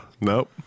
Nope